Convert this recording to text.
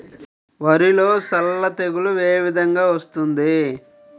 వరిలో సల్ల తెగులు ఏ విధంగా వస్తుంది?